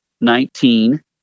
nineteen